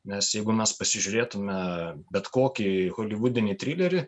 nes jeigu mes pasižiūrėtume bet kokį holivudinį trilerį